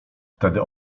wtedy